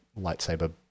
lightsaber